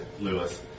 Lewis